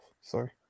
Sorry